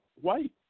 white